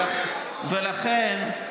ולכן,